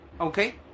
Okay